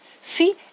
See